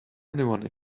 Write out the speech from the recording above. anyone